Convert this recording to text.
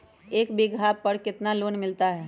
एक बीघा पर कितना लोन मिलता है?